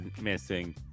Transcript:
missing